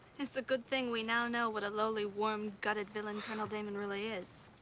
it's a good thing we now know what a lowly worm-gutted villain colonel damon really is.